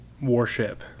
Warship